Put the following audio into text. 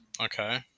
Okay